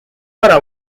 para